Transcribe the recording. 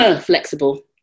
flexible